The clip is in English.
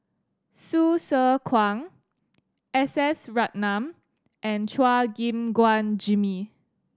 Hsu Tse Kwang S S Ratnam and Chua Gim Guan Jimmy